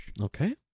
Okay